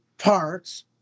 parts